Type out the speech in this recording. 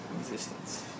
existence